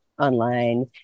online